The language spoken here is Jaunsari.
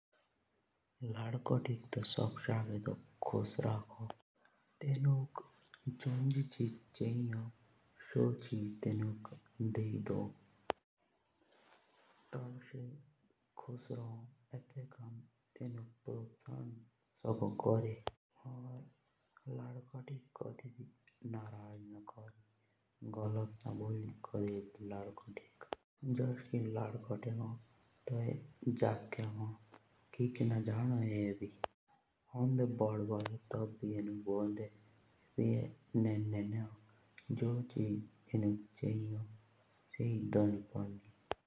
लडकोटीक तो सबसे आगे तो खुश राखो तेतके बाद तेनुक लो चयि सो पोडनो दिलानो तब से खुश रहोन एतक तेनुक परोटशन शोक मिलि। लडकोटीक कदि नारग ना कोरि।